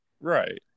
right